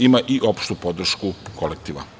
Ima i opštu podršku kolektiva.